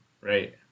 right